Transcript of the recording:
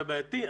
זה בעייתי.